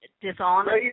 dishonest